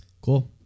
cool